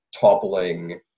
toppling